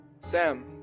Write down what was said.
Sam